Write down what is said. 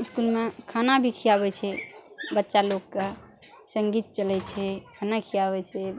इसकुलमे खाना भी खियाबय छै बच्चा लोकके सङ्गीत चलय छै खाना खियाबय छै